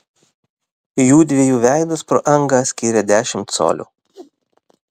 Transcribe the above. jųdviejų veidus pro angą skyrė dešimt colių